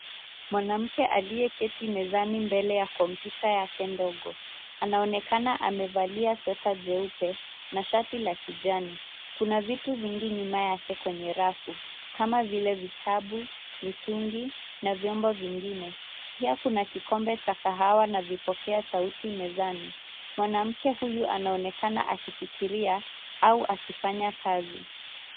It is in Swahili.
Mwanamke aliyeketi mezani mbele ya kompyuta yake ndogo. Anaonekana amevalia sweta jeupe na shati la kijani. Kuna vitu vingi nyuma yake kwenye rafu kama vile vitabu, mitungi na vyombo vingine. Pia kuna kikombe cha kahawa na vipokea sauti mezani. Mwanamke huyu anaonekana akifikiria au akifanya kazi.